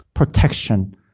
Protection